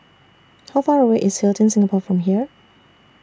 How Far away IS Hilton Singapore from here